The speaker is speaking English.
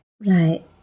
Right